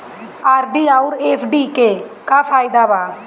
RD आउर FD के का फायदा बा?